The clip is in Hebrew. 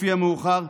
לפי המאוחר,